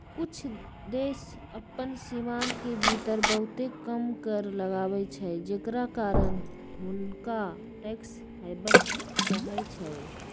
कुछ देश अप्पन सीमान के भीतर बहुते कम कर लगाबै छइ जेकरा कारण हुंनका टैक्स हैवन कहइ छै